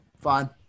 Fine